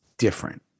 different